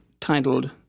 titled